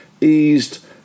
eased